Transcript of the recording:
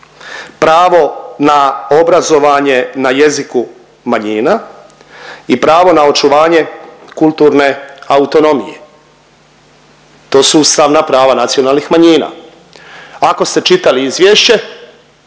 pravo na obrazovanje na jeziku manjina i pravo na očuvanje kulturne autonomije, to su ustavna prava nacionalnih manjina. Ako ste čitali izvješće